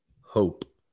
hope